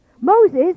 moses